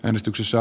äänestyksessä